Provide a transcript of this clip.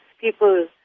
People